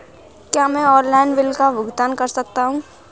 क्या मैं online bill का भुगतान कर सकता हूँ?